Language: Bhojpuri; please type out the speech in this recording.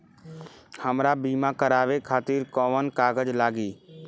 हमरा बीमा करावे खातिर कोवन कागज लागी?